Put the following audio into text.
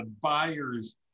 buyers